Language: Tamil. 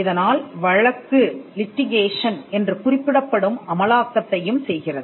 இதனால் வழக்கு என்று குறிப்பிடப்படும் அமலாக்கத்தையும் செய்கிறது